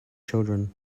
children